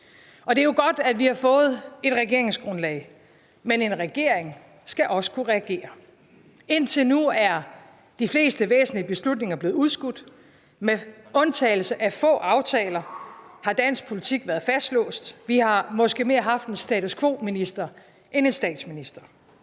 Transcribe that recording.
Det er godt, at vi har fået et regeringsgrundlag, men en regering skal også kunne regere. Indtil nu er de fleste væsentlige beslutninger blevet udskudt. Med undtagelse af få aftaler har dansk politik været fastlåst. Vi har måske mere haft en status quo-minister end en statsminister.